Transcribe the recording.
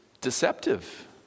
deceptive